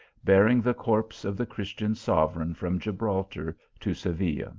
bearing the corpse of the christian sovereign from gibraltar to seville.